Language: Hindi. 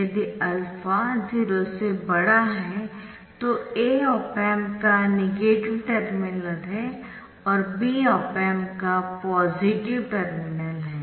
यदि α 0 से बड़ा है तो A ऑप एम्प का नेगेटिव टर्मिनल है B ऑप एम्पका पॉजिटिव टर्मिनल है